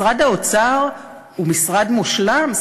משרד האוצר הוא משרד מושלם?